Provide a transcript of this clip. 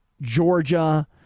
Georgia